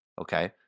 Okay